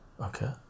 Okay